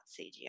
cgi